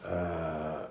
err